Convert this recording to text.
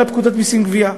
אלא פקודת המסים (גבייה).